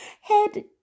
head